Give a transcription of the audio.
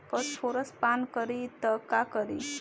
Phosphorus पान करी त का करी?